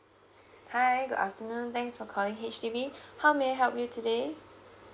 hi good afternoon thanks for calling H_D_B how may I help you today